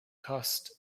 cost